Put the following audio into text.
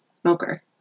smoker